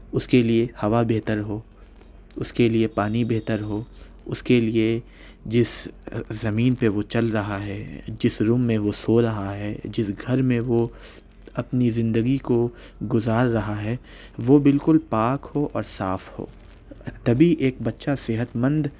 اُس کے لیے ہوا بہتر ہو اُس کے لیے پانی بہتر ہو اُس کے لیے جس زمین پہ وہ چل رہا ہے جس روم میں وہ سو رہا ہے جس گھر میں وہ اپنی زندگی کو گزار رہا ہے وہ بالکل پاک ہو اور صاف ہو تبھی ایک بچہ صحت مند